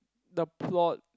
the plot